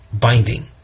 binding